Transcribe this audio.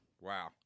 Wow